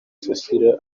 cecile